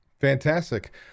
Fantastic